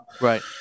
Right